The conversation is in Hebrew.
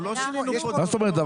אנחנו לא שינינו פה --- מה זאת אומרת?